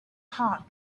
heart